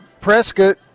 Prescott